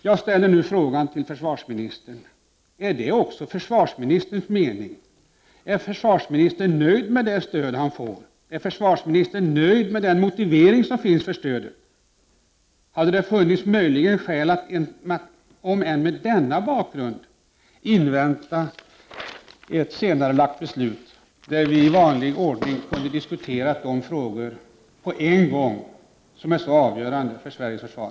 Jag ställer nu frågan till försvarsministern: Är det också försvarsministerns mening? Är försvarsministern nöjd med det stöd han får? Är försvarsministern nöjd med den motivering som finns för stödet? Hade det möjligen funnits skäl att, även med denna bakgrund, invänta ett senarelagt beslut, där vi i vanlig ordning på en och samma gång kunde ha diskuterat dessa frågor som är så avgörande för Sveriges försvar?